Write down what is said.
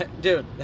Dude